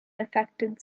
infected